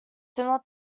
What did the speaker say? similar